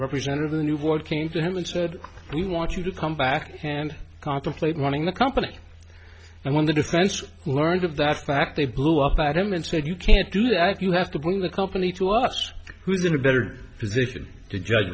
represented a new board came to him and said we want you to come back and contemplate running the company and when the defense learned of that fact they blew up at him and said you can't do that you have to bring the company to us who is in a better position to judge